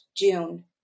June